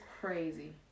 crazy